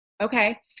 okay